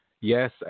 yes